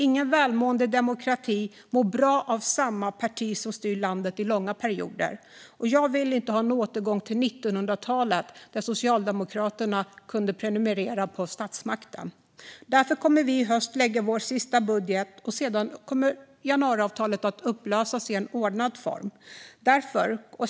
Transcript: Ingen välmående demokrati mår bra av att samma parti styr landet i långa perioder. Jag vill inte ha en återgång till 1900-talet, då Socialdemokraterna kunde prenumerera på statsmakten. Därför kommer vi i höst att lägga fram vårt sista budgetförslag, och sedan kommer januariavtalet att upplösas under ordnade former.